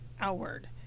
outward